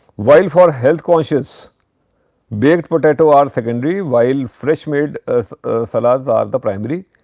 while for health conscious baked potato are secondary, while fresh made salads are the primary